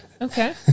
Okay